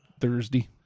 Thursday